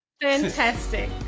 fantastic